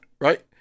right